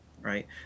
right